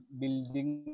building